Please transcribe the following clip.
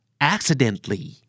Accidentally